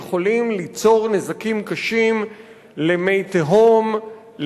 הם יכולים ליצור נזקים קשים למי תהום,